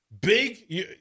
Big